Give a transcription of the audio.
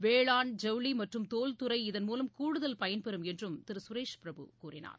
வேளாண் ஐவுளி மற்றும் தோல் துறை இதன்மூவம் கூடுதல் பயன்பெறும் என்றும் திரு கரேஷ் பிரபு கூறியுள்ளார்